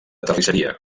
terrisseria